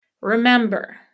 remember